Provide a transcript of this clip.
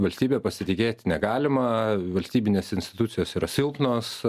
valstybe pasitikėt negalima valstybinės institucijos yra silpnos